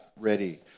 ready